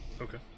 Okay